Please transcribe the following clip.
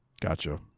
Gotcha